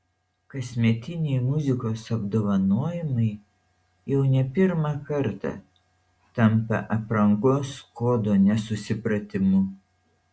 kasmetiniai muzikos apdovanojimai jau ne pirmą kartą tampa aprangos kodo nesusipratimu